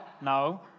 No